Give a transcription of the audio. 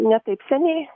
ne taip seniai